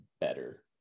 better